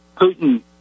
Putin